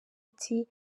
iti